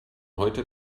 heute